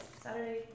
Saturday